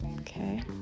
Okay